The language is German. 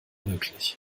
möglich